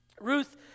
Ruth